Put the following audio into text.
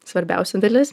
svarbiausia dalis